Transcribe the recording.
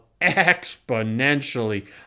exponentially